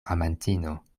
amantino